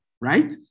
Right